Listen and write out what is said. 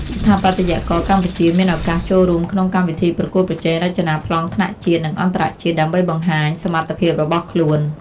ស្ថាបត្យករកម្ពុជាមានឱកាសចូលរួមក្នុងកម្មវិធីប្រកួតប្រជែងរចនាប្លង់ថ្នាក់ជាតិ និងអន្តរជាតិ ដើម្បីបង្ហាញសមត្ថភាពរបស់ខ្លួន។